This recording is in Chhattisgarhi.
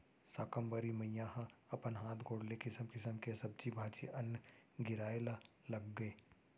साकंबरी मईया ह अपन हात गोड़ ले किसम किसम के सब्जी भाजी, अन्न गिराए ल लगगे